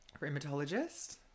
Rheumatologist